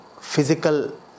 physical